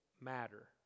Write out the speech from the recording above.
matter